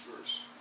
verse